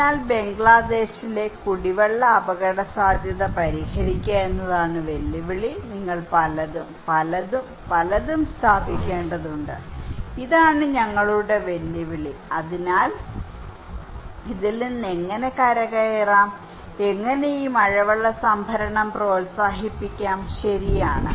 അതിനാൽ ബംഗ്ലാദേശിലെ കുടിവെള്ള അപകടസാധ്യത പരിഹരിക്കുക എന്നതാണ് വെല്ലുവിളി നിങ്ങൾ പലതും പലതും പലതും പലതും സ്ഥാപിക്കേണ്ടതുണ്ട് ഇതാണ് ഞങ്ങളുടെ വെല്ലുവിളി അതിനാൽ ഇതിൽ നിന്ന് എങ്ങനെ കരകയറാം എങ്ങനെ ഈ മഴവെള്ള സംഭരണം പ്രോത്സാഹിപ്പിക്കാം ശരിയാണ്